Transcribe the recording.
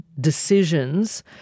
decisions